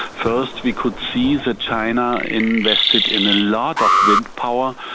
first we could see that china invested in a lot of wind power,